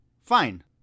Fine